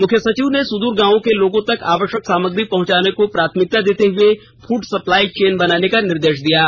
मुख्य सचिव ने सुदूर गांव के लोगों तक आवश्यक सामग्री पहुंचाने को प्राथमिकता देते हुए फूड सप्लाई र्चन बनाने का निर्देश दिया है